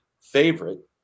favorite